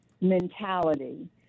mentality